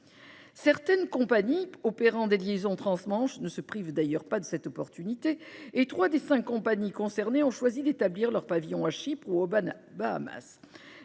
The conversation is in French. Certaines compagnies opérant des liaisons transmanche ne se privent d'ailleurs pas de cette opportunité, et trois des cinq compagnies concernées ont choisi d'établir leur pavillon à Chypre ou aux Bahamas.